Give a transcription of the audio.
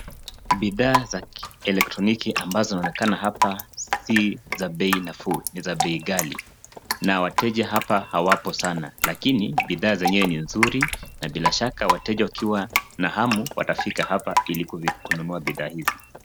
Bidhaa za kieletroniki ambazo zinaonekana hapa si za bei nafuu. Ni za bei ghali, na wateja hapa hawapo sana lakini, bidhaa zenyewe ni nzuri, na bila shaka wateja wakiwa na hamu watafika hapa ili kununua bidhaa hizi.